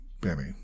Benny